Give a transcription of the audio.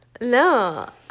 No